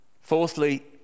Fourthly